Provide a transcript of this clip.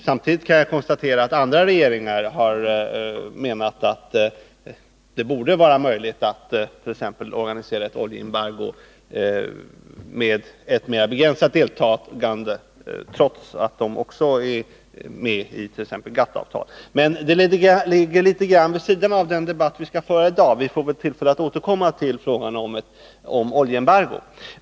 Samtidigt kan jag konstatera att andra regeringar har menat att det borde vara möjligt att organisera ett oljeembargo med ett mera begränsat deltagande, trots att de också är med i t.ex. GATT-avtalet. Men det ligger litet vid sidan om den debatt vi skall föra i dag. Vi får väl tillfälle att återkomma till frågan om ett oljeembargo.